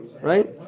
Right